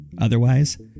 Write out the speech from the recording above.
Otherwise